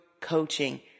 Coaching